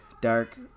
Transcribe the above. Dark